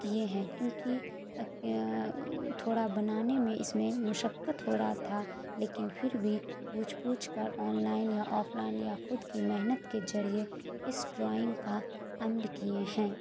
کیے ہیں کیونکہ تھوڑا بنانے میں اس میں مشقت ہو رہا تھا لیکن پھر بھی پوچھ پوچھ کر آن لائن یا آف لائن یا خود کی محنت کے ضریعہ اس ڈرائنگ کا عمل کیے ہیں